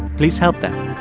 please help them